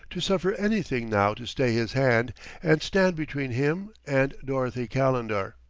to suffer anything now to stay his hand and stand between him and dorothy calendar.